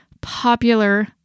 popular